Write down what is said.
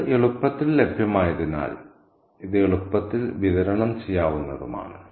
ഇത് എളുപ്പത്തിൽ ലഭ്യമായതിനാൽ ഇത് എളുപ്പത്തിൽ വിതരണം ചെയ്യാവുന്നതുമാണ്